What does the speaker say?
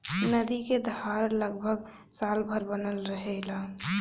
नदी क धार लगभग साल भर बनल रहेला